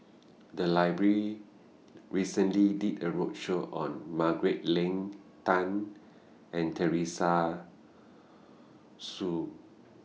The Library recently did A roadshow on Margaret Leng Tan and Teresa Hsu